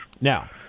Now